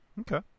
okay